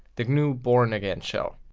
the gnu bourne-again shell.